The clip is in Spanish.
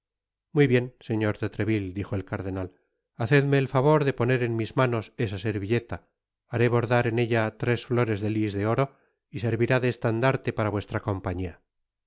muy bien señor de treville dijo el cardenal hacedme el favor de poner en mis manos esa servilleta haré bordar en ella tres flores de lis de oro y servirá de estandarte para vuestra compañía